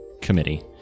committee